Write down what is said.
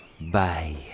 bye